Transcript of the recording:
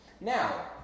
Now